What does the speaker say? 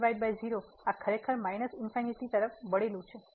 તેથી 10 આ ખરેખર ∞ તરફ વળેલું છે